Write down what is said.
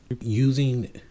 using